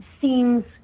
seems